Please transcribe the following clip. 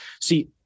See